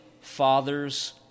fathers